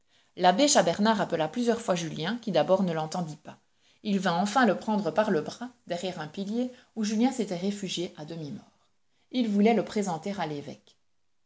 l'abbé chas bernard appela plusieurs fois julien qui d'abord ne l'entendit pas il vint enfin le prendre par le bras derrière un pilier où julien s'était réfugié à demi mort il voulait le présenter à l'évêque